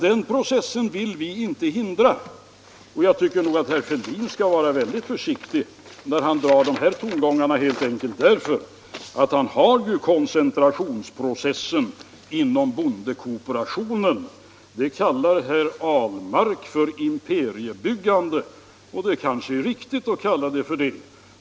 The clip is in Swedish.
Den processen vill vi inte hindra, och jag tycker nog att herr Fälldin skall vara väldigt försiktig när han för fram de här tongångarna — helt enkelt med tanke på koncentrationsprocessen inom bondekooperationen. Den processen kallar herr Ahlmark för imperiebyggande, och det är kanske riktigt att kalla den så.